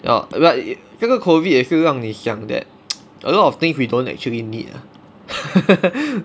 要 but 这个 COVID 也是让你想 that a lot of things we don't actually need